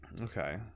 Okay